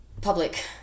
Public